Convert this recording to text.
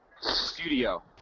studio